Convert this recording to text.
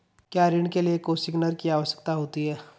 क्या ऋण के लिए कोसिग्नर की आवश्यकता होती है?